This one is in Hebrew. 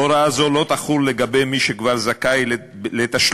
הוראה זו לא תחול על מי שכבר זכאי לתשלום